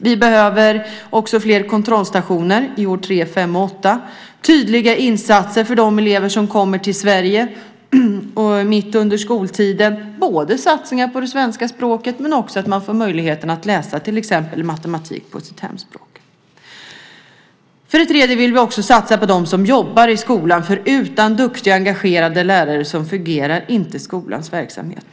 Vi behöver också fler kontrollstationer, år 3, 5 och 8. Vi behöver tydliga insatser för de elever som kommer till Sverige mitt under skoltiden med satsningar på svenska språket men också med möjlighet att läsa till exempel matematik på sitt hemspråk. Vi vill satsa på dem som jobbar i skolan. Utan duktiga och engagerade lärare fungerar inte skolans verksamhet.